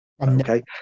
okay